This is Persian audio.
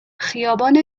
خیابان